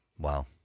Wow